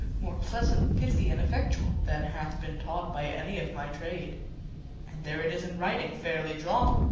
more pleasant, pithy, and effectual, than hath been taught by any of my trade and there it is in writing, fairly drawn.